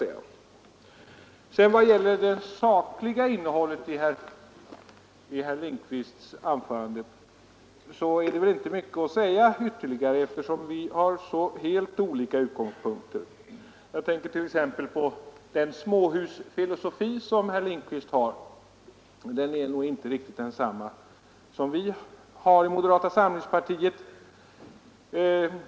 Vad sedan gäller det sakliga innehållet i herr Lindkvists anförande är det väl inte mycket att säga ytterligare, eftersom vi har så helt olika utgångspunkter. Jag tänker t.ex. på den småhusfilosofi som herr Lindkvist har. Den är nog inte riktigt densamma som vi har i moderata samlingspartiet.